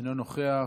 אינו נוכח,